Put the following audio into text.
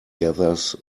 gathers